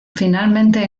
finalmente